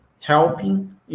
helping